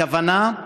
הכוונה,